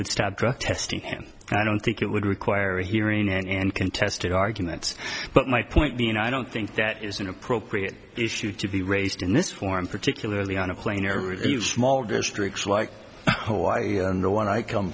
would stop drug testing i don't think it would require a hearing and contested arguments but my point being i don't think that is an appropriate issue to be raised in this forum particularly on a plane or small districts like oh i know when i come